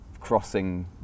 crossing